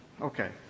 Okay